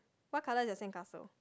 what colour is your sandcastle